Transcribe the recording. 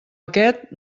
aquest